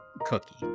cookie